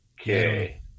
Okay